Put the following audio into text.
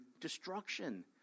destruction